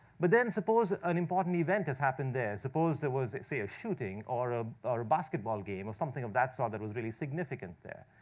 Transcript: but then suppose an important event has happened there. suppose there was a shooting, or ah or a basketball game, or something of that sort that was really significant there.